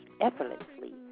effortlessly